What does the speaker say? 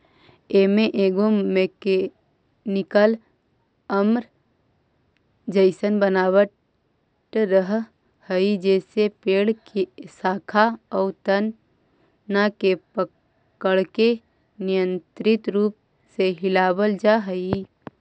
एमे एगो mechanical arm जइसन बनावट रहऽ हई जेसे पेड़ के शाखा आउ तना के पकड़के नियन्त्रित रूप से हिलावल जा हई